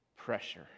Pressure